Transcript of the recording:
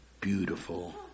beautiful